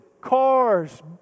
cars